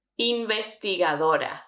Investigadora